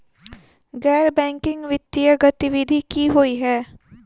गैर बैंकिंग वित्तीय गतिविधि की होइ है?